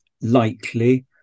likely